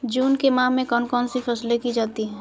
जून के माह में कौन कौन सी फसलें की जाती हैं?